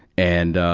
and, um,